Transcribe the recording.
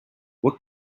what